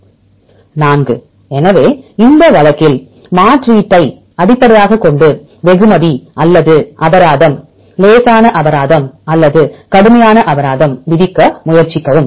4 எனவே இந்த வழக்கில் மாற்றீட்டை அடிப்படையாகக் கொண்டு வெகுமதி அல்லது அபராதம் லேசான அபராதம் அல்லது கடுமையான அபராதம் விதிக்க முயற்சிக்கவும்